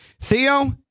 Theo